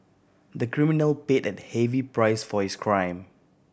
the criminal paid a heavy price for his crime